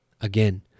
again